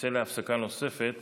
נצא להפסקה נוספת